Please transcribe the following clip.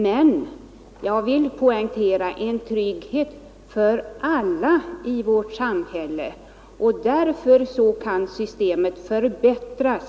Men, det vill jag poängtera, det skall vara en trygghet för alla i vårt samhälle, och därför kan systemet förbättras.